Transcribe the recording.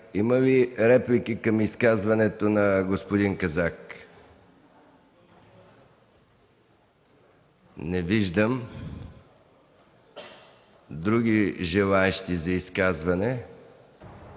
Има ли реплики към изказването на господин Казак? Не виждам. Други желаещи за изказване